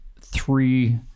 three